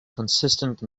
consistent